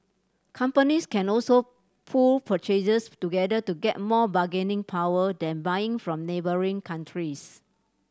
companies can also pool purchases together to get more bargaining power then buying from neighbouring countries